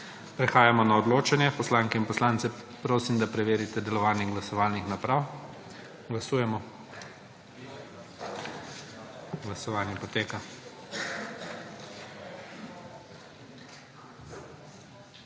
Prehajamo na odločanje. Poslanke in poslanci, prosim, da preverite delovanje glasovalnih naprav. Glasujemo. Navzočih